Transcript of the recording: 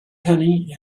penny